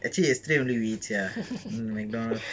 actually yesterday only we eat sia McDonald